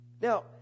Now